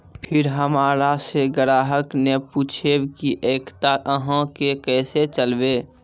फिर हमारा से ग्राहक ने पुछेब की एकता अहाँ के केसे चलबै?